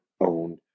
own